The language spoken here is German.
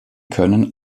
können